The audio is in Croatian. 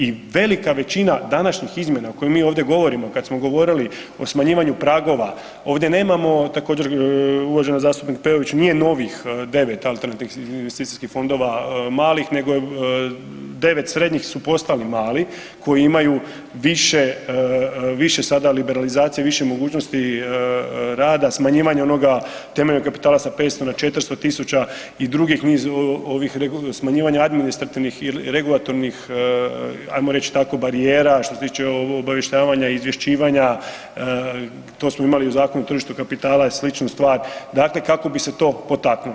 I velika većina današnjih izmjena o kojim mi ovdje govorimo kad smo govorili o smanjivanju pragova, ovdje nemamo također uvažena zastupnik Peović nije novih 9 alternativnih investicijskih fondova malih nego 9 srednjih su postali mali koji imaju više, više sada liberalizacije, više mogućnosti rada, smanjivanja onoga temeljnog kapitala sa 500 na 400.000 i drugih niz ovih smanjivanja administrativnih i regulatornih, ajmo reć tako barijera što se tiče obavještavanja, izvješćivanja, to smo imali u Zakonu o tržištu kapitala sličnu stvar, dakle kako bi se to potaknulo.